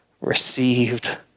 received